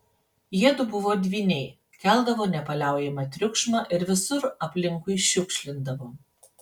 jiedu buvo dvyniai keldavo nepaliaujamą triukšmą ir visur aplinkui šiukšlindavo